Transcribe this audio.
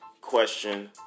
question